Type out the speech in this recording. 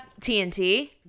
TNT